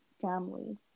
family